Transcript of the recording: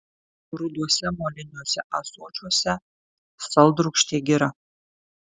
ruduose moliniuose ąsočiuose saldrūgštė gira